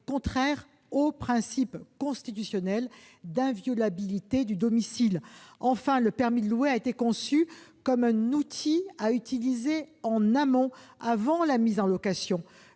contraire au principe constitutionnel d'inviolabilité du domicile. Enfin, le permis de louer a été conçu comme un outil à utiliser en amont de la mise en location.